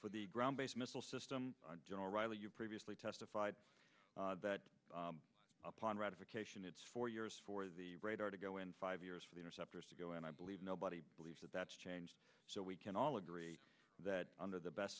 for the ground based missile system generally you previously testified that upon ratification it's four years for the radar to go in five years for the interceptors to go and i believe nobody believes that that's changed so we can all agree that under the best